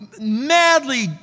madly